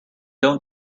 don’t